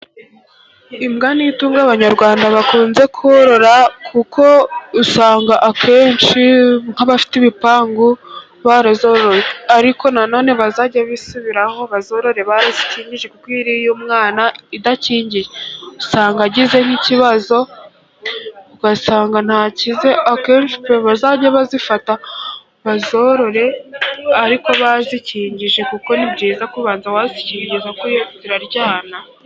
Imbwa ni itungo Abanyarwanda bakunze korora, kuko usanga akenshi nk'abafite ibipangu barazoroye, ariko nanone bazajye bisubiraho bazorore barazikingije kuko iyo iriye umwana idakingiye, usanga agize nk'ikibazo ugasanga ntakize, akenshi pe bazajye bazifata bazorore ariko bazikingije, kuko ni byiza kubanza wazikingiza ziraryana.